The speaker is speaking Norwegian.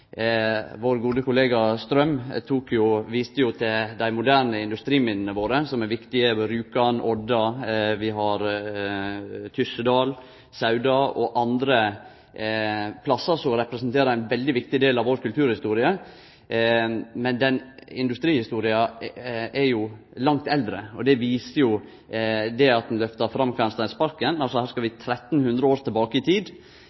Vår gode kollega Tor-Arne Strøm viste til dei moderne industriminna våre, som er viktige – Rjukan og Odda. Vi har også Tyssedal, Sauda og andre plassar som representerer ein veldig viktig del av vår kulturhistorie, men industrihistoria er jo langt eldre. Det viser ein jo ved at ein lyftar fram Kvernsteinsparken. Her skal vi 1 300 år tilbake i tid